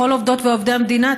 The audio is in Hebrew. בכל עובדות ועובדי המדינה,